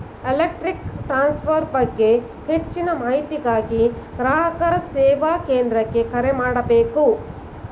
electric transfer ಬಗ್ಗೆ ಹೆಚ್ಚಿನ ಮಾಹಿತಿಗಾಗಿ ಗ್ರಾಹಕರ ಸೇವಾ ಕೇಂದ್ರಕ್ಕೆ ಕರೆ ಮಾಡಬೇಕು